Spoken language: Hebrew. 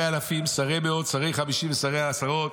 אלפים שרי מאות שרי חמישים ושרי עשרות.